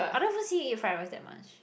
I don't even see you eat fried rice that much